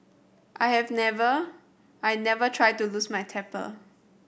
I have never I never try to lose my temper